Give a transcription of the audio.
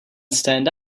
stand